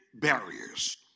barriers